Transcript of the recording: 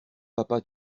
papa